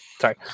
Sorry